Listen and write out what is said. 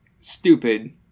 stupid